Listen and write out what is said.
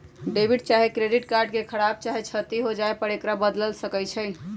debit चाहे credit card के खराप चाहे क्षति हो जाय पर एकरा बदल सकइ छी